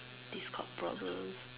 discord problems